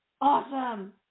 Awesome